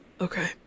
Okay